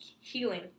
healing